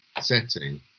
setting